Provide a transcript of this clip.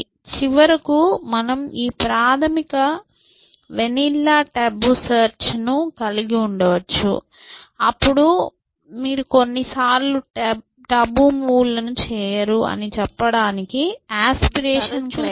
చివరికి మీరు ఈ ప్రాథమిక వనిల్లా టబు సెర్చ్ను కలిగి ఉండవచ్చు అప్పుడు మీరు కొన్నిసార్లు టబు మూవ్ లను చేయరు అని చెప్పడానికి ఆస్పిరేషన్ క్రైటీరియా ను ఉపయోగిస్తాము